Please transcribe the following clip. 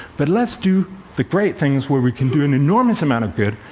but let's do the great things where we can do an enormous amount of good,